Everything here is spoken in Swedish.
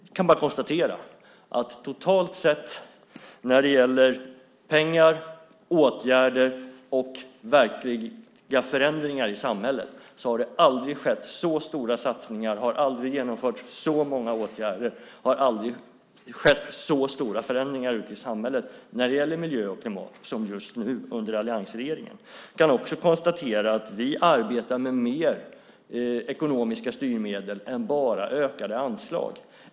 Jag kan bara konstatera att när det gäller pengar och åtgärder har det aldrig skett så stora satsningar, vidtagits så många åtgärder och skett så stora verkliga förändringar i samhället vad gäller miljö och klimat som just nu under alliansregeringens tid. Vi arbetar också med fler ekonomiska styrmedel än bara ökade anslag.